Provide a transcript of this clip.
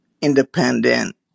independent